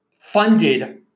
funded